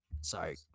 Sorry